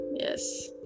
Yes